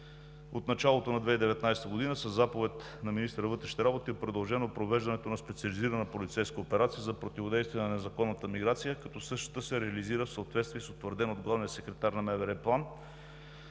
от началото на 2019 г. е продължено провеждането на специализирана полицейска операция за противодействие на незаконната миграция, като същата се реализира в съответствие с утвърден от главния секретар на МВР план,